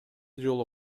жолу